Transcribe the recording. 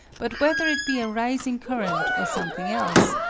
but whether it be a rising current or something else,